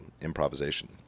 improvisation